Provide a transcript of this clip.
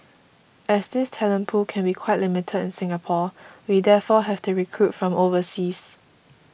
as this talent pool can be quite limited in Singapore we therefore have to recruit from overseas